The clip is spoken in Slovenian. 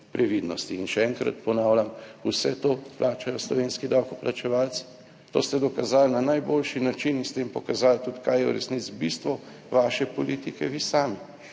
Še enkrat ponavljam, vse to plačajo slovenski davkoplačevalci. To ste dokazali na najboljši način in s tem pokazali tudi kaj je v resnici bistvo vaše politike vi sami.